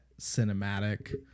cinematic